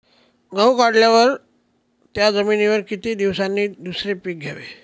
गहू काढल्यावर त्या जमिनीवर किती दिवसांनी दुसरे पीक घ्यावे?